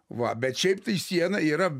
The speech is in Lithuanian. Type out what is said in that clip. va bet šiaip tai siena yra